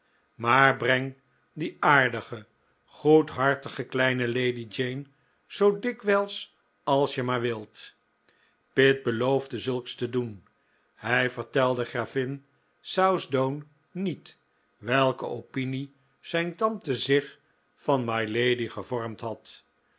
maar breng die aardige goedhartige kleine lady jane zoo dikwijls als je maar wilt pitt beloofde zulks te doen hij vertelde gravin southdown niet welke opinie zijn tante zich van mylady gevormd had